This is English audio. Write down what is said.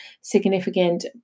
significant